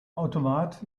automat